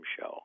show